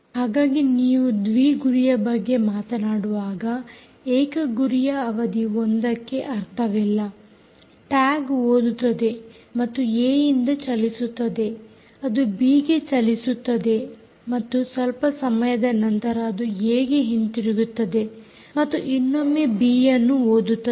ಹಾಗಾಗಿ ನೀವು ದ್ವಿ ಗುರಿಯ ಅವಧಿಯ ಬಗ್ಗೆ ಮಾತನಾಡುವಾಗ ಏಕ ಗುರಿಯ ಅವಧಿ 1 ಕ್ಕೆ ಅರ್ಥವಿಲ್ಲ ಟ್ಯಾಗ್ ಓದುತ್ತದೆ ಮತ್ತು ಏ ನಿಂದ ಚಲಿಸುತ್ತದೆ ಅದು ಬಿ ಗೆ ಚಲಿಸುತ್ತದೆ ಮತ್ತು ಸ್ವಲ್ಪ ಸಮಯದ ನಂತರ ಅದು ಏ ಗೆ ಹಿಂದಿರುಗುತ್ತದೆ ಮತ್ತು ಇನ್ನೊಮ್ಮೆ ಬಿ ಯನ್ನು ಓದುತ್ತದೆ